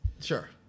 Sure